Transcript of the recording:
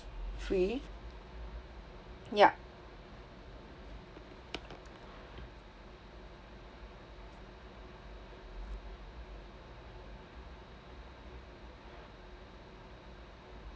free yup